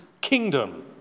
kingdom